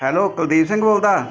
hello Kuldeep Singh ਬੋਲਦਾ